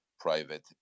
private